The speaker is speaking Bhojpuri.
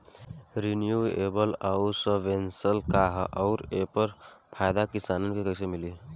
रिन्यूएबल आउर सबवेन्शन का ह आउर एकर फायदा किसान के कइसे मिली?